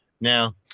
now